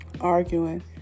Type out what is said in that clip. arguing